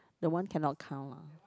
the one cannot count lah